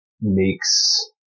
makes